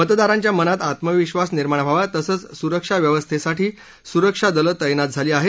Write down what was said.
मतदारांच्या मनात आत्मविश्वास निर्माण व्हावा तसंच सुरक्षा व्यवस्थेसाठी सुरक्षा दलं तैनात झाली आहेत